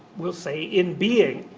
we'll say in being,